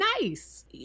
nice